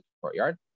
courtyard